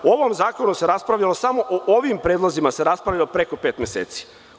O ovom zakonu se raspravljalo, samo o ovim predlozima se raspravljalo preko pet meseci.